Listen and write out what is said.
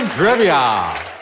Trivia